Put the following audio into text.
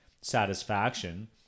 satisfaction